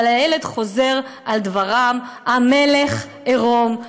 אבל הילד חוזר על דבריו: המלך עירום.